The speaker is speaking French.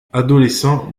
adolescent